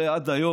הרי עד היום